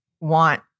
want